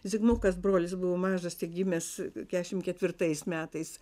zigmukas brolis buvo mažas tik gimęs kešim ketvirtais metais